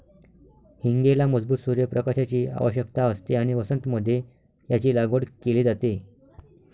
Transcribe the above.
हींगेला मजबूत सूर्य प्रकाशाची आवश्यकता असते आणि वसंत मध्ये याची लागवड केली जाते